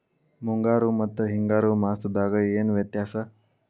ಮುಂಗಾರು ಮತ್ತ ಹಿಂಗಾರು ಮಾಸದಾಗ ಏನ್ ವ್ಯತ್ಯಾಸ?